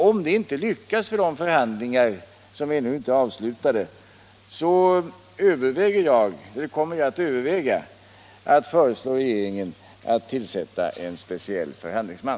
Om det inte lyckas i de förhandlingar som ännu inte är avslutade, kommer jag att överväga att föreslå regeringen att tillsätta en speciell förhandlingsman.